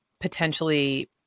potentially